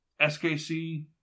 SKC